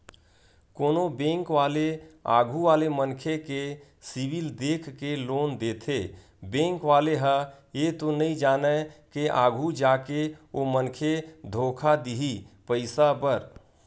कोनो बेंक वाले आघू वाले मनखे के सिविल देख के लोन देथे बेंक वाले ह ये तो नइ जानय के आघु जाके ओ मनखे धोखा दिही पइसा बर